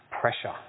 pressure